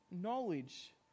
knowledge